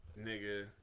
Nigga